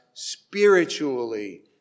spiritually